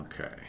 Okay